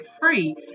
free